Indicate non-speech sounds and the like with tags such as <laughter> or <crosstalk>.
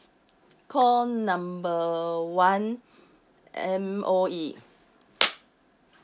call number one M_O_E <noise>